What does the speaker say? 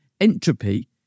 entropy